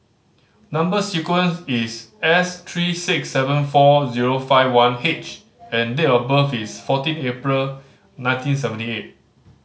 number sequence is S three six seven four zero five one H and date of birth is fourteen April nineteen seventy eight